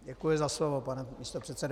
Děkuji za slovo, pane místopředsedo.